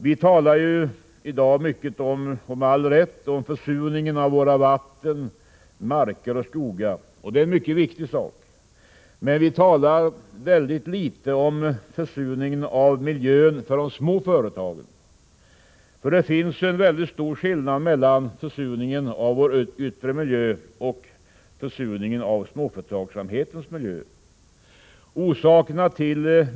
Vi talar med all rätt om försurningen av våra vatten, marker och skogar, och det är en viktig sak, men vi talar väldigt litet om försurningen av miljön för de små företagen. Det finns en stor skillnad mellan försurningen av vår yttre miljö och försurningen av småföretagsamhetens miljö.